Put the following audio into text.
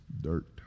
dirt